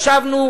ישבנו,